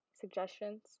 Suggestions